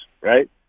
right